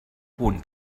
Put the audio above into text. punt